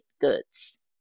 goods